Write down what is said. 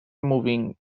moving